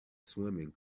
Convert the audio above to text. swimming